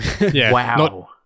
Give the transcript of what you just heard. Wow